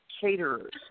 Caterers